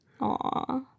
Aw